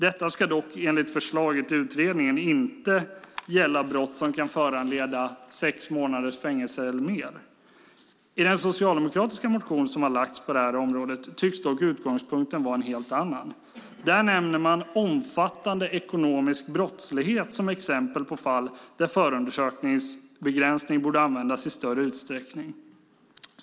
Detta ska dock enligt förslaget i utredningen inte gälla brott som kan föranleda sex månaders fängelse eller mer. I den socialdemokratiska motion som väckts på detta område tycks emellertid utgångspunkten vara en helt annan. Där nämner man omfattande ekonomisk brottslighet som exempel på fall där förundersökningsbegränsning borde användas i större utsträckning.